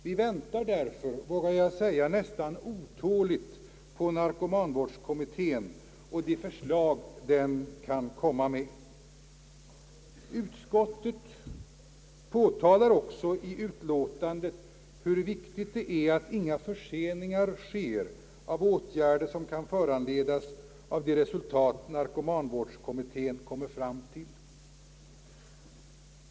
Vi väntar därför, vågar jag säga, nästan otåligt på de förslag narkomanvårdskommittén kan komma med. Utskottet påtalar också i utlåtandet hur viktigt det är att inga förseningar sker av åtgärder som kan föranledas av de resultat narkomanvårdskommittén kommer fram till.